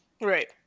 Right